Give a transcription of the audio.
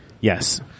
Yes